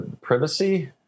Privacy